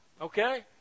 okay